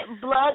blood